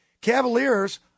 Cavaliers